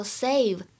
save